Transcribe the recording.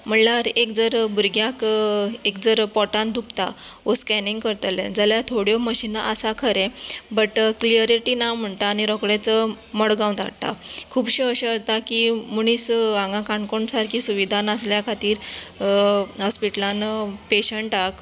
म्हणल्यार एक जर भुरग्याक एक जर पोटान दुखता वो स्केनिंग करतले जाल्यार थोड्यो मशीना आसा खरें बट क्लियरिटी ना म्हणटा आनी रोकडेंच मडगांव धाडटा खुबशे अशें जाता की मनीस हागां काणकोण सारकी सुविधा नासल्या खातीर हॉस्पिटलान पेशंटाक